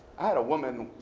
i had a woman,